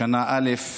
שנה א'